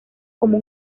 como